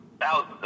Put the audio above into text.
thousands